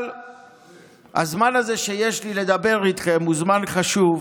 אבל הזמן שיש לי לדבר איתכם הוא זמן חשוב,